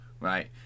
Right